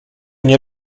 nie